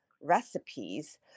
recipes